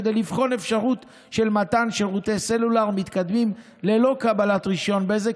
כדי לבחון אפשרות של מתן שירותי סלולר מתקדמים ללא קבלת רישיון בזק,